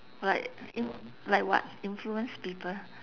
like in~ like what influence people